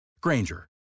Granger